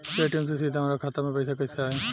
Paytm से सीधे हमरा खाता मे पईसा कइसे आई?